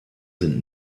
sind